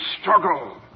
struggle